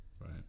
Right